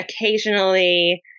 occasionally